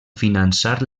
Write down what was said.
finançar